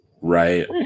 Right